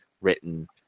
written